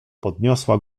podniosła